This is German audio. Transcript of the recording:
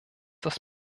das